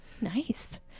Nice